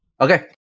Okay